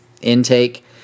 intake